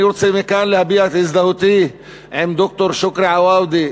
אני רוצה מכאן להביע את הזדהותי עם ד"ר שוכרי עואדה,